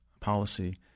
policy